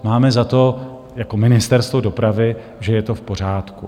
Máme za to jako Ministerstvo dopravy, že je to v pořádku.